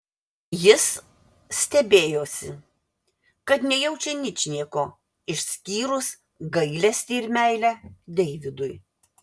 jis stebėjosi kad nejaučia ničnieko išskyrus gailestį ir meilę deividui